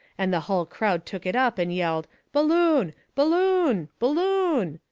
and the hull crowd took it up and yelled balloon! balloon! balloon!